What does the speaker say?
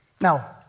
Now